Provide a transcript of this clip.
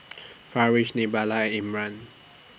Farish Nabila Imran